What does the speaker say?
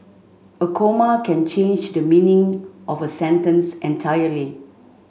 a comma can change the meaning of a sentence entirely